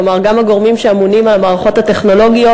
כלומר גם הגורמים שאמונים על המערכות הטכנולוגיות,